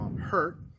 Hurt